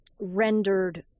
rendered